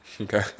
Okay